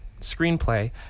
screenplay